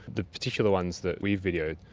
the particular ones that we videoed,